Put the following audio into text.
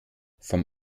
vom